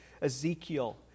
Ezekiel